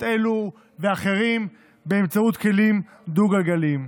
אלו ואחרים באמצעות כלים דו-גלגליים.